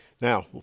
Now